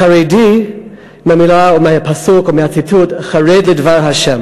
"חרדי" מהפסוק או מהציטוט: חרד לדבר ה'.